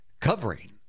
covering